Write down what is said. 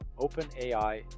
OpenAI